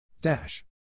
Dash